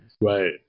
Right